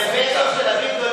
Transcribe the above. זה נטו בשביל להגיד לו: ליברמן,